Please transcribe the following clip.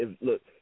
Look